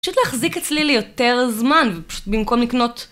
פשוט להחזיק אצלי ליותר זמן, ופשוט במקום לקנות...